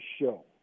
show